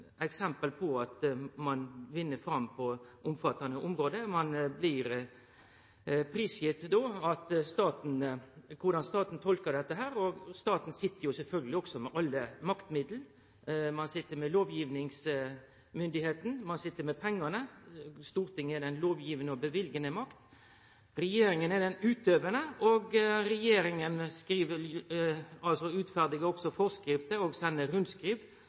eksempel på at ein vinn fram på omfattande område, ein blir prisgitt korleis staten tolkar dette, og staten sit sjølvsagt også med alle maktmiddel, han sit med lovgivingsmyndigheita, og han sit med pengane, Stortinget er den lovgivande og løyvande makta, regjeringa er den utøvande, og regjeringa utferdar også forskrifter og sender